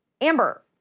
Amber